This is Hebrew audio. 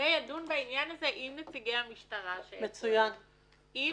בעניין הזה עם נציגי המשטרה, עם